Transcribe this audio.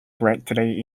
greatly